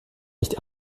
nicht